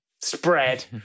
spread